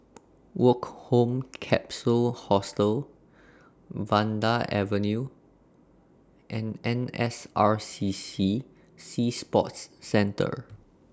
Woke Home Capsule Hostel Vanda Avenue and N S R C C Sea Sports Centre